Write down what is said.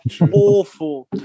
awful